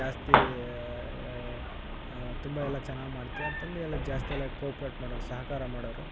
ಜಾಸ್ತೀ ತುಂಬ ಎಲ್ಲ ಚೆನ್ನಾಗ್ ಮಾಡ್ತಿಯಾ ಅಂತಂದೆಲ್ಲ ಜಾಸ್ತಿಯಲ್ಲ ಕೊಪ್ರೆಟ್ ಮಾಡೋವ್ರ್ ಸಹಕಾರ ಮಾಡೋವ್ರ್